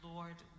Lord